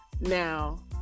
now